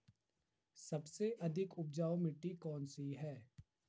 सबसे अधिक उपजाऊ मिट्टी कौन सी है?